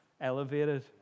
elevated